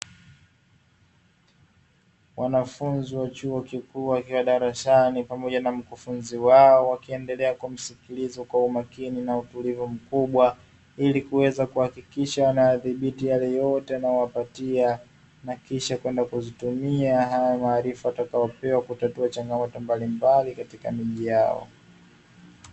Wanafunzi wa chuo kikuu wakiwa darasani pamoja na mkufunzi wao, wakiendelea kumsikiliza kwa umakini na utulivu mkubwa ili kuweza kuhakikisha wanayadhibiti yale yote anayowapatia; na kisha kwenda kuzitumia hayo maarifa watakayopewa kutatua changamoto mbalimbali katika miji yao.